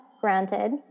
granted